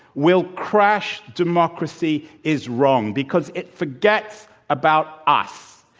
will crash democracy is wrong, because it forgets about us.